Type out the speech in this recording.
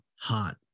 hot